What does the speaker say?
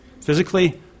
physically